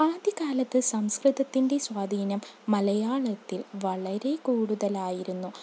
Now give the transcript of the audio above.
ആദ്യ കാലത്ത് സംസ്കൃതത്തിൻ്റെ സ്വാധീനം മലയാളത്തിൽ വളരെ കൂടുതലായിരുന്നു